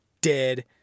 dead